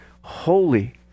holy